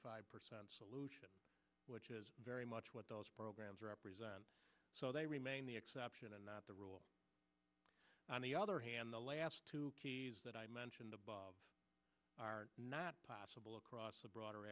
five percent solution which is very much what those programs represent so they remain the exception and not the rule on the other hand that i mentioned above are not possible across the broader